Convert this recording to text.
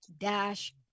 dash